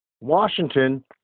Washington